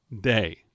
day